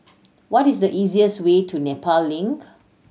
what is the easiest way to Nepal Link